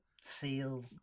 seal